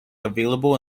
available